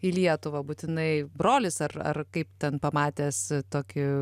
į lietuvą būtinai brolis ar ar kaip ten pamatęs tokį